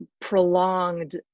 prolonged